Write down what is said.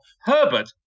Herbert